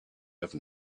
have